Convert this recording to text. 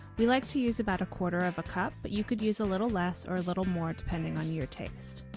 we like to use about a quarter of a cup. but you could use a little less or a little more depending on your taste.